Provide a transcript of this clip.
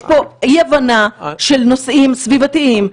יש פה אי הבנה של נושאים סביבתיים.